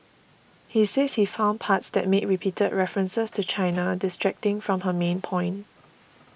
he says he found parts that made repeated references to China distracting from her main point